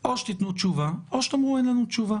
או שתתנו תשובה או שתאמרו "אין לנו תשובה"